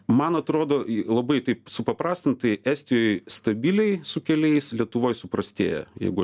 man atrodo labai taip supaprastintai estijoj stabiliai su keliais lietuvoj suprastėję jeigu aš